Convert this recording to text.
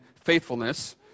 faithfulness